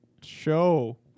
show